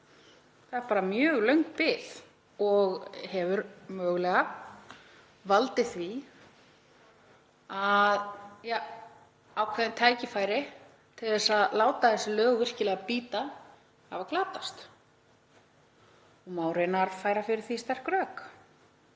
Það er bara mjög löng bið og hefur mögulega valdið því að ákveðin tækifæri til að láta þessi lög virkilega bíta hafi glatast. Það má raunar færa fyrir því sterk rök.